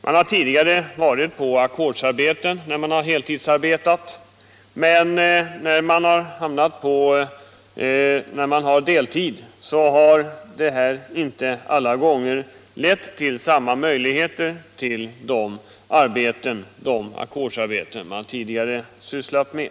De har varit på ackordsarbete när de heltidsarbetat tidigare, men deltiden har inte alla gånger gett samma möjligheter till de ackordsarbeten som de tidigare sysslat med.